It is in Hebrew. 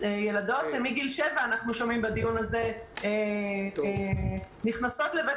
אנחנו שומעים בדיון הזה שילדות מגיל 7 נכנסות לבית